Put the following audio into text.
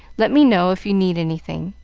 let me know if you need anything.